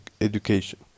education